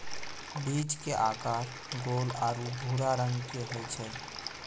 बीज के आकार गोल आरो भूरा रंग के होय छै